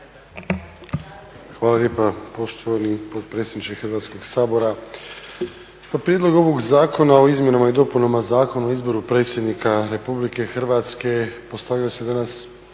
Hvala lijepa poštovani potpredsjedniče Hrvatskog sabora. Na Prijedlog ovog zakona o izmjenama i dopunama Zakona o izboru Predsjednik Republike Hrvatske postavlja se danas